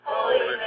Holy